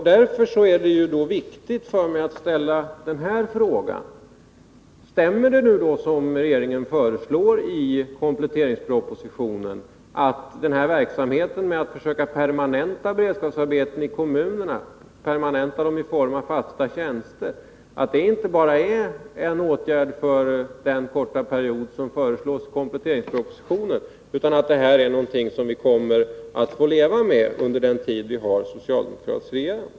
Därför är det viktigt för mig att ställa denna fråga: Stämmer det som regeringen nu föreslår i kompletteringspropositionen? Är denna verksamhet med att försöka permanenta beredskapsarbeten i form av fasta tjänster i kommunerna inte bara en åtgärd | för den korta period som föreslås i kompletteringspropositionen utan någonting som vi kommer att få leva med under den tid vi har en socialdemokratisk regering?